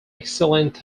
excellent